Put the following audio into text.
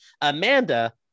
Amanda